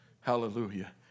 Hallelujah